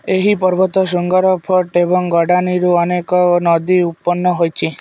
ଏହି ପର୍ବତ ଶୃଙ୍ଗର ଫାଟ ଏବଂ ଗଡ଼ାଣିରୁ ଅନେକ ନଦୀ ଉତ୍ପନ୍ନ ହୋଇଛି